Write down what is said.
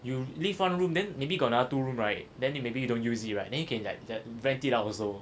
you live one room then maybe got another two room right then you maybe don't use it right then you can like the rent it out also